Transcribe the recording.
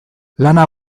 lana